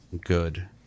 good